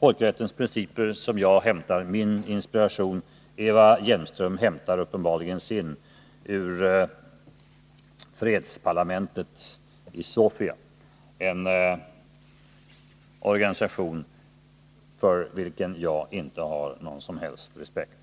folkrättens principer som jag hämtar min inspiration. Eva Hjelmström hämtar sin ur fredsparlamentets i Sofia, en organisation för vilken jag inte har någon som helst respekt.